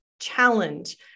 challenge